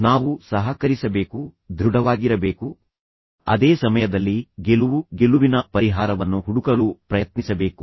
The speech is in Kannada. ನಾವು ಹೆಚ್ಚಿನ ಸಮಯಗಳಲ್ಲಿ ಸಹಕರಿಸಬೇಕು ನಾವು ದೃಢವಾಗಿರಬೇಕು ಆದರೆ ಅದೇ ಸಮಯದಲ್ಲಿ ಸಹಕಾರಿ ಮತ್ತು ನಾವು ಗೆಲುವು ಗೆಲುವಿನ ಪರಿಹಾರವನ್ನು ಹುಡುಕಲು ಪ್ರಯತ್ನಿಸಬೇಕು